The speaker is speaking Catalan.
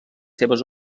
seves